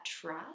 trust